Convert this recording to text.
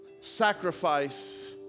sacrifice